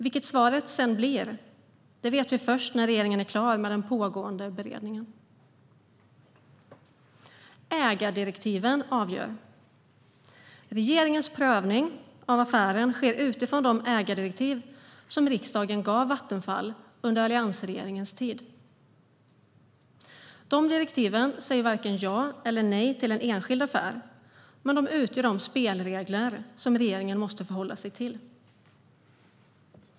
Vilket svaret sedan blir vet vi först när regeringen är färdig med den pågående beredningen. Ägardirektiven avgör. Regeringens prövning sker utifrån de ägardirektiv som riksdagen gav Vattenfall under alliansregeringens tid. De direktiven säger varken ja eller nej till en enskild affär, men de utgör de spelregler som regeringen måste förhålla sig till.